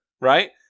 Right